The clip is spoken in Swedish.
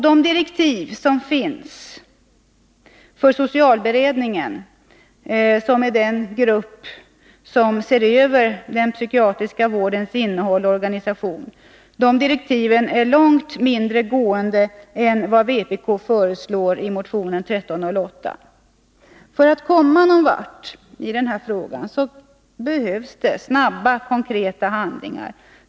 De direktiv som finns för socialberedningen, som är den grupp som ser över den psykiatriska vårdens innehåll och organisation, är betydligt mindre långtgående än vad vpk föreslår i motionen 1308. För att komma någon vart i denna fråga behövs snabba konkreta handlingar.